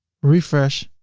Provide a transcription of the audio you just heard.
refresh.